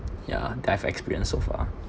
yeah that I've experienced so far